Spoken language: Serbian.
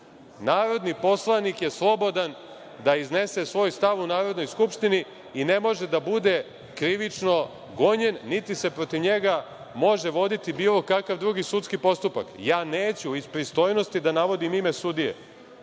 narodni poslanik je slobodan da iznese svoj stav u Narodnoj skupštini i ne može da bude krivično gonjen, niti se protiv njega može voditi bilo kakav drugi sudski postupak. Neću iz pristojnosti da navodim ime sudije.